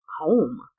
home